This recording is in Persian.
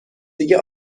دیگه